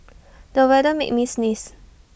the weather made me sneeze